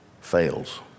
fails